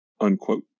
Unquote